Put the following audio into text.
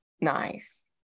Nice